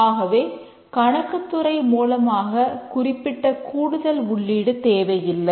ஆகவே கணக்குத் துறை மூலமாக குறிப்பிட்ட கூடுதல் உள்ளீடு தேவையில்லை